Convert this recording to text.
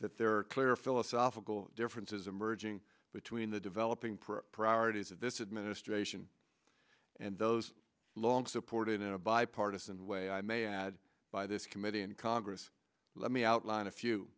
that there are clear philosophical differences emerging between the developing pro priorities of this administration and those long supported in a by partisan way i may add by this committee in congress let me outline a few